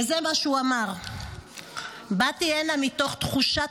וזה מה שהוא אמר: באתי הנה מתוך תחושת